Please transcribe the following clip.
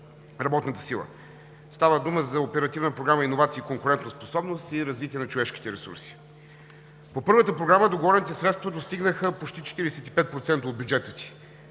работната сила. Става дума за Оперативните програми „Иновации и конкурентоспособност“, и „Развитие на човешките ресурси“. По първата програма договорените средства достигнаха почти 45% от бюджета,